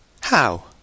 How